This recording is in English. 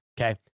Okay